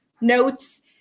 notes